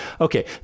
Okay